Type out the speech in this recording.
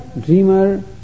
dreamer